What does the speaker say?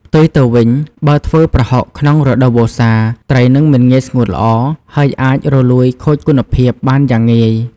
ផ្ទុយទៅវិញ បើធ្វើប្រហុកក្នុងរដូវវស្សា ត្រីនឹងមិនងាយស្ងួតល្អ ហើយអាចរលួយខូចគុណភាពបានយ៉ាងងាយ។